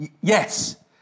Yes